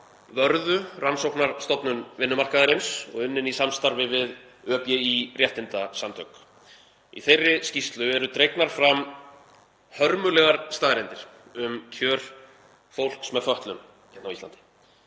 Vörðu rannsóknarstofnun vinnumarkaðarins og unnin í samstarfi við ÖBÍ réttindasamtök. Í þeirri skýrslu eru dregnar fram hörmulegar staðreyndir um kjör fólks með fötlun á Íslandi.